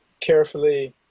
carefully